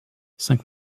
cinq